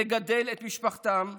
לגדל את משפחתם,